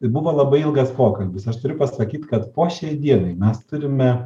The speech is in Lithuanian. tai buvo labai ilgas pokalbis aš turiu pasakyt kad po šiai dienai mes turime